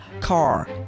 car